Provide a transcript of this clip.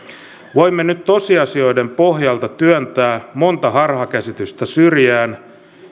voimme nyt tosiasioiden pohjalta työntää monta harhakäsitystä syrjään